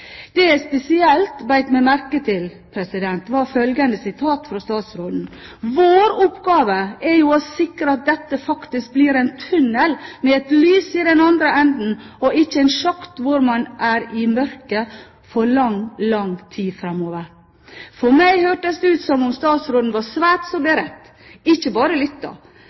Det jeg spesielt bet meg merke i, var følgende sitat fra statsråden: «Vår oppgave er jo å sikre at dette faktisk blir en tunnel med et lys i den andre enden og ikke en sjakt hvor man er i mørket for lang, lang tid framover.» For meg hørtes det ut som om statsråden var svært så beredt – ikke bare